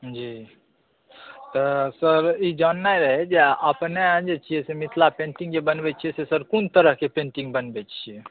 जी तऽ सर ई जाननाइ रहै जे अपने जे छियै से मिथिला पेन्टिङ्ग जे बनबैत छियै से सर कोन तरहक पेन्टिङ्ग बनबैत छियै